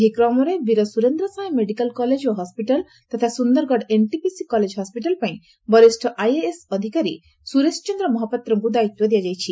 ଏହି କ୍ରମରେ Veer Surendra Sai medical college ଓ ହସିଟାଲ୍ ତଥା ସୁନ୍ଦରଗଡ଼ ଏନ୍ଟିପିସି କଲେଜ ହସ୍କିଟାଲ୍ ପାଇଁ ବରିଷ ଆଇଏଏସ୍ ଅଧିକାରୀ ସୁରେଶ ଚନ୍ଦ୍ର ମହାପାତ୍ରଙ୍କୁ ଦାୟିତ୍ୱ ଦିଆଯାଇଛି